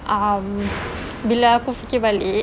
um bila aku fikir balik